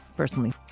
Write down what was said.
personally